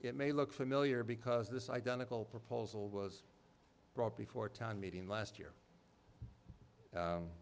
it may look familiar because this identical proposal was brought before a town meeting last year